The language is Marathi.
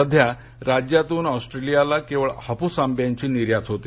सध्या राज्यातून ऑस्ट्रेलियात केवळ हापूस आंब्याची निर्यात होते